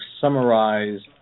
summarize